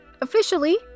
officially